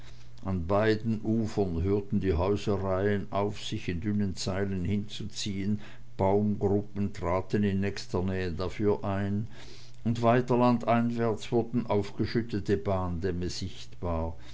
an beiden ufern hörten die häuserreihen auf sich in dünnen zeilen hinzuziehen baumgruppen traten in nächster nähe dafür ein und weiter landeinwärts wurden aufgeschüttete bahndämme sichtbar